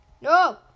No